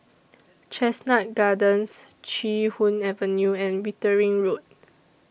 Chestnut Gardens Chee Hoon Avenue and Wittering Road